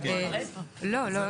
הסבר קצר, יאללה.